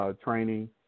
training